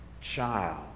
child